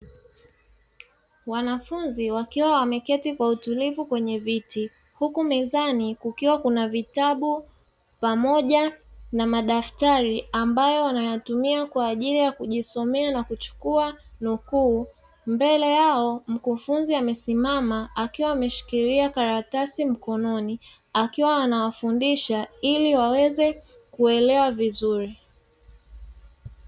Wanafunzi wakiwa wameketi kwa utulivu kwenye viti huku mezani kukiwa kuna vitabu pamoja na madaftari ambayo wanayatumia kwa ajili ya kujisomea na kuchukua nukuu, mbele yao mkufunzi amesimama akiwa ameshikilia karatasi mkononi akiwa anawafundisha ili waweze kuelewa vizuri.